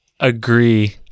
agree